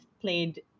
played